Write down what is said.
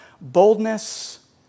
boldness